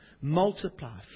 multiply